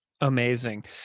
Amazing